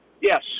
Yes